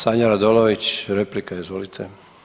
Sanja Radolović, replika izvolite.